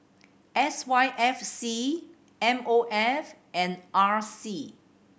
S Y F C M O F and R C